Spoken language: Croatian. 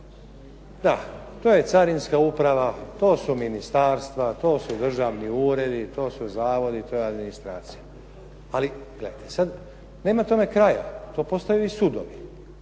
Da, to je carinska uprava, to su ministarstva, to su državni uredi, to su zavodi, to je administracija. Ali gledajte sad, nema tome kraja, to postaju i sudovi.